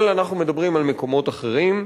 אבל אנחנו מדברים על מקומות אחרים.